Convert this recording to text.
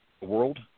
world